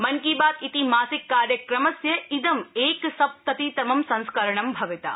मन की बात इति मासिक कार्यक्रमस्य इद एकसप्ततितमं संस्करणं भविता